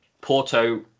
Porto